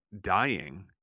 dying